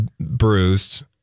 bruised